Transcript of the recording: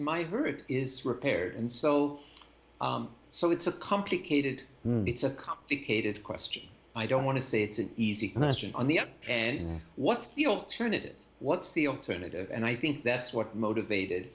my birth is repaired and so so it's a complicated it's a complicated question i don't want to say it's an easy question on the up and what's the alternative what's the alternative and i think that's what motivated